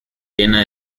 llena